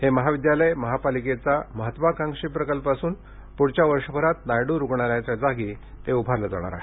हे महाविद्यालय महापालिकेचा महत्त्वाकांक्षी प्रकल्प असून प्ढच्या वर्षभरात नायड्र रुग्णालयाच्या जागी ते उभारलं जाणार आहे